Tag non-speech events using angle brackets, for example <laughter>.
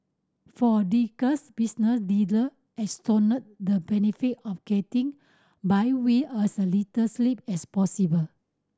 for <unintelligible> business leader extolled the benefit of getting by with as a little sleep as possible